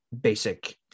basic